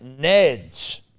Neds